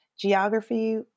geography